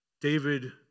David